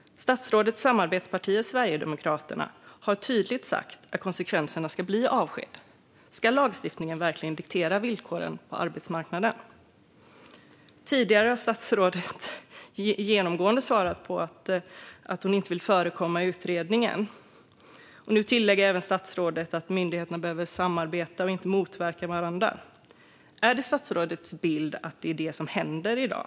Statsrådets samarbetsparti Sverigedemokraterna har tydligt sagt att konsekvensen ska bli avsked. Ska lagstiftningen verkligen diktera villkoren på arbetsmarknaden? Tidigare har statsrådet genomgående svarat att hon inte vill föregripa utredningen, och nu tillägger hon att myndigheterna behöver samarbeta och inte motverka varandra. Är det statsrådets bild att det händer i dag?